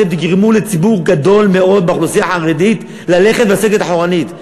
אתם תגרמו לציבור גדול מאוד באוכלוסייה החרדית לסגת אחורנית.